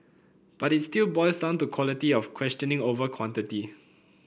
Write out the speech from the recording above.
but it still boils down to quality of questioning over quantity